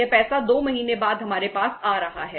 यह पैसा 2 महीने बाद हमारे पास आ रहा है